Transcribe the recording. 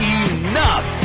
enough